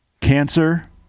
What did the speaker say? cancer